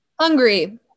hungry